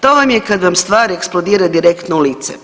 To vam je kad vam stvar eksplodira direktno u lice.